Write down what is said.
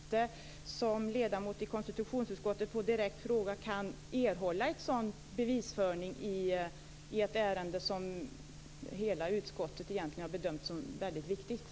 Fru talman! Kenneth Kvist, det blottlägger också en brist på argument när man som ledamot i konstitutionsutskottet på en direkt fråga inte kan erhålla en sådan bevisföring i ett ärende som egentligen hela utskottet bedömt som väldigt viktigt.